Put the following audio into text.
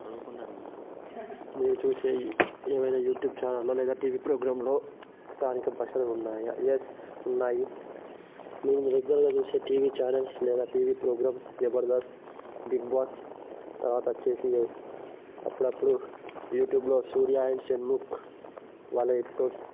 అనుకున్నాను మేడం మీరు చూసేవి ఏవయినా యూట్యూబ్ ఛానల్లో లేదా టీవీ ప్రోగ్రాంలో స్థానిక భాషలు ఉన్నాయా ఎస్ ఉన్నాయి మీరు రెగ్యులర్గా చూసే టీవీ ఛానెల్స్ లేదా TV programs Jabardasth Bigg Boss తర్వాతొచ్చేసి అప్పుడప్పుడు యూట్యూబ్లో సూర్య అండ్ షణ్ముఖ్ వాళ్ళ ఎపిసోడ్స్